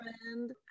friend